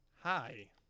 Hi